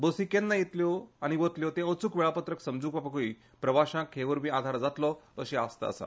बसी केन्ना येतल्यो आनी वतल्यो तें अचूक वेळापत्रक समजुपाकुय प्रवाश्यांक हे वरवीं आधार जातलो अशी आस्त आसा